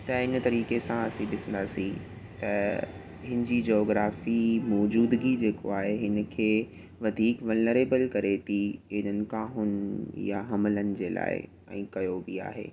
तंहिं हिन तरीक़े सां असां ॾिसंदासीं त हिन जी जोग्राफी मौजूदगी जेको आहे हिन खे वधीक वलनरेबल करे थी हिननि काहुन या हमलनि जे लाइ ऐं कयो बि आहे